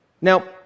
Now